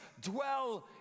dwell